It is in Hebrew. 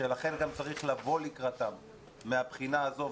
ולכן גם צריך לבוא לקראתם מהבחינה הזאת.